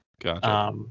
Gotcha